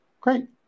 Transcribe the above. Great